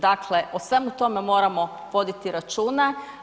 Dakle, o svemu tome moramo voditi računa.